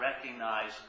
recognize